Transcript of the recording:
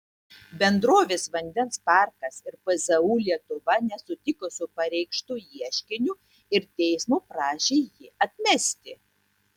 bendrovės vandens parkas ir pzu lietuva nesutiko su pareikštu ieškiniu ir teismo prašė jį atmesti